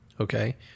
Okay